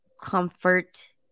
comfort